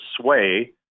sway